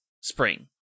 spring